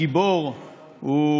הגיבור בסיפור,